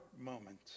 moment